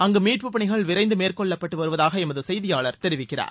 அங்கு மீட்புப் பணிகள் விரைந்து மேற்கொள்ளப்பட்டு வருவதாக எமது செய்தியாளர் தெரிவிக்கிறார்